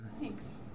Thanks